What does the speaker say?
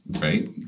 right